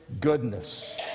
goodness